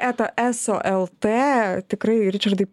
eta eso lt tikrai ričardai